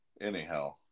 anyhow